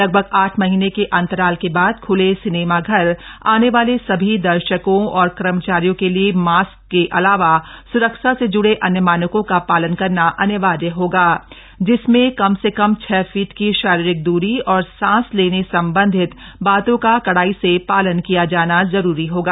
लगभग आठ महीने के अंतराल के बाद ख्ले सिनेमाघर आने वाले सभी दर्शकों और कर्मचारियों के लिए मास्क के अलावा स्रक्षा से ज्ड़े अन्य मानकों का पालन करना अनिवार्य होगा जिसमें कम से कम छह फीट की शारीरिक दूरी और सांस लेने से संबंधित बातों का कड़ाई से पालन किया जाना जरूरी होगा